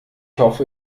hoffe